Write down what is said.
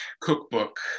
cookbook